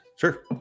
Sure